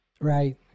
right